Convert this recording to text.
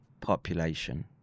population